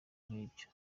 nk’ibyo